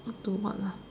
into what lah